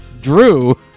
Drew